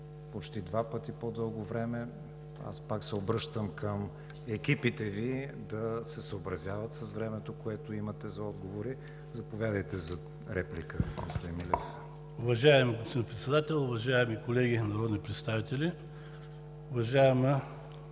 Почти два пъти по-дълго време. Аз пак се обръщам към екипите Ви да се съобразяват с времето, което имате за отговори. Заповядайте за реплика, господин Милев. КОЛЬО МИЛЕВ (БСП за България): Уважаеми господин Председател, уважаеми колеги народни представители! Уважаема